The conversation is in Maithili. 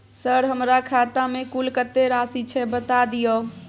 सर हमरा खाता में कुल कत्ते राशि छै बता दिय?